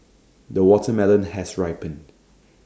the watermelon has ripened